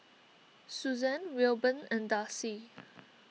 Susanne Wilburn and Darcie